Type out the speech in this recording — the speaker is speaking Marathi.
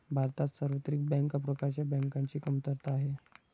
भारतात सार्वत्रिक बँक प्रकारच्या बँकांची कमतरता आहे